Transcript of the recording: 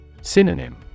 Synonym